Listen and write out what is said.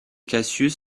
cassius